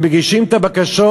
מגישים את הבקשות,